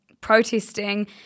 protesting